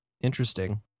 Interesting